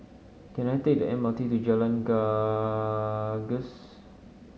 can I take the M R T to Jalan Gagus